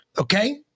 okay